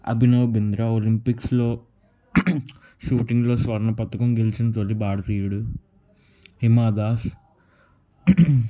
అభినవ్బింద్రా ఒలంపిక్స్లో షూటింగ్లో స్వర్ణపథకం గెలిచిన తొలి భారతీయుడు హిమాదాస్